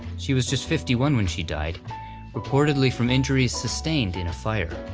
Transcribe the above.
she was just fifty one when she died reportedly from injuries sustained in a fire.